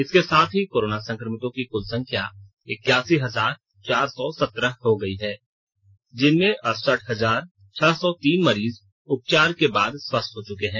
इसके साथ ही कोरोना संक्रमितों की कुल संख्या इक्यासी हजार चार सौ सत्रह हो गई है जिनमें अड़सठ हजार छह सौ तीन मरीज उपचार के बाद स्वस्थ हो चुके हैं